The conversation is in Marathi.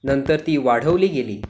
नंतर ती वाढवली गेली